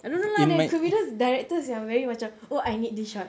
I don't know lah there could be those directors yang very macam oh I need this shot